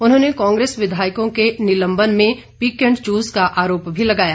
उन्होंने कांग्रेस विधायकों के निलंबन में पिक एंड चूज का आरोप भी लगाया